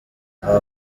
aba